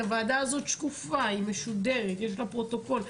הוועדה הזאת שקופה, היא משודרת, יש לה פרוטוקול.